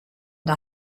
der